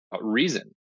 reason